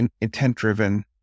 intent-driven